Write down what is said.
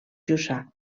jussà